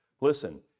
Listen